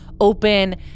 open